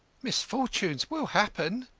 misfortunes will happen.